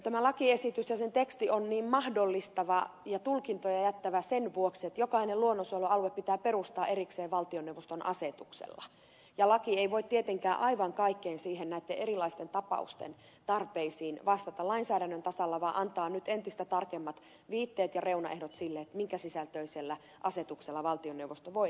tämä lakiesitys ja sen teksti on niin mahdollistava ja tulkintoja jättävä sen vuoksi että jokainen luonnonsuojelualue pitää perustaa erikseen valtioneuvoston asetuksella ja laki ei voi tietenkään aivan kaikkeen näitten erilaisten tapausten tarpeisiin vastata lainsäädännön tasolla vaan antaa nyt entistä tarkemmat viitteet ja reunaehdot sille minkä sisältöisellä asetuksella valtioneuvosto voi nämä perustaa